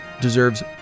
deserves